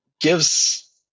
Gives